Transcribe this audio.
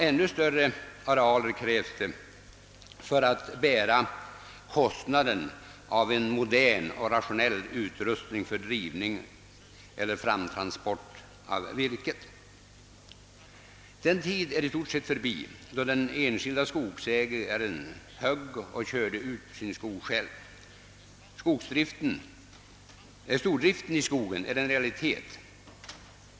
Än större arealer krävs för att bära kostnaden av en modern och rationell utrustning för drivning eller framtransport av virke. Den tid är i stort sett förbi då den enskilda skogsägaren högg och körde ut sin skog själv. Stordriften i skogsbruket är en realitet.